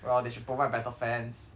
well they should provide better fans